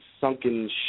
sunken